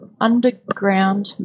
underground